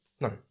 No